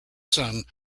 son